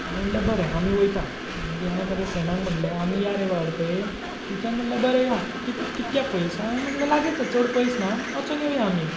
आमी म्हणलें बरें आमी वयता मागीर हांवें म्हज्या फ्रेंडांक म्हणलें आमी या रे वाळपय तेंच्यांनी म्हणलें बरें या कितकें पयस हांवें म्हणलें लागींच आसा चड पयस ना वचून येवया आमी